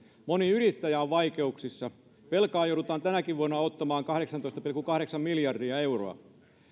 moni yrittäjä on vaikeuksissa velkaa joudutaan tänäkin vuonna ottamaan kahdeksantoista pilkku kahdeksan miljardia euroa